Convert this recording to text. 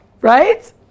right